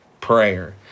prayer